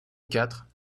quatre